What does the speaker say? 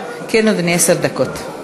דקות.